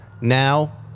now